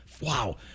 Wow